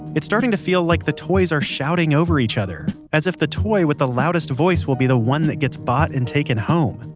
it's starting to feel like the toys are shouting over each other as if the toy with the loudest voice will be the one that gets bought and taken home.